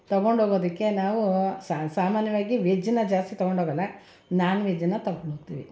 ತೊಗೊಂಡು ಹೋಗೋದಕ್ಕೆ ನಾವು ಸಾಮಾನ್ಯವಾಗಿ ವೆಜ್ಜನ್ನು ಜಾಸ್ತಿ ತೊಗೊಂಡು ಹೋಗೋಲ್ಲ ನಾನ್ ವೆಜ್ಜನ್ನ ತೊಗೊಂಡು ಹೋಗ್ತೀವಿ